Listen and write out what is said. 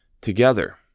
together